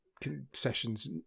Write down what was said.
concessions